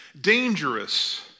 dangerous